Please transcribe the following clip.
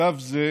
בשלב זה